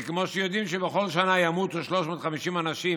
זה כמו שיודעים שבכל שנה ימותו 350 אנשים